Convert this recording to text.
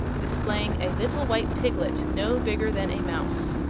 displaying a little white piglet no bigger than a mouse,